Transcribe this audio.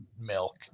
milk